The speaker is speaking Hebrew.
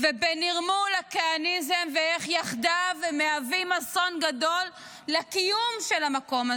ובנרמול הכהניזם ואיך יחדיו הם מהווים אסון גדול לקיום של המקום הזה.